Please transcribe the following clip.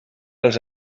els